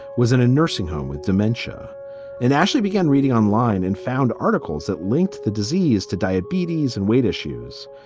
was in a nursing home with dementia and actually began reading online and found articles that linked the disease to diabetes and weight issues,